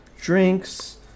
drinks